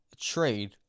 trade